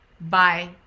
Bye